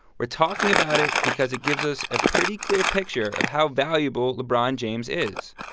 we're talking about it because it gives us a pretty clear picture of how valuable lebron james is.